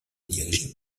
dirigée